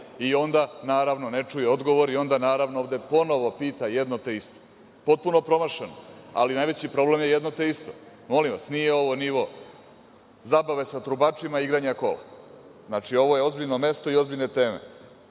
Onda, naravno, ne čuje odgovor i onda, naravno, ovde ponovo pita jedno te isto, potpuno promašeno, ali najveći problem je jedno te isto. Molim vas, nije ovo nivo zabave sa trubačima i igranja kola. Znači, ovo je ozbiljno mesto i ozbiljne teme.